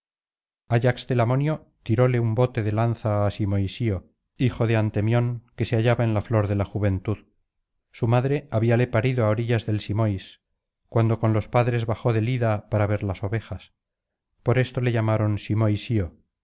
ayax telamonio tiróle un bote de lanza á simoísio hijo de antemión que se hallaba en la flor de la juventud su madre habíale parido á orillas del símois cuando con los padres bajó del ida para ver las ovejas por esto le llamaron